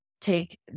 take